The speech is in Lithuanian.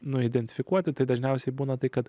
nu identifikuoti tai dažniausiai būna tai kad